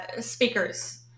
speakers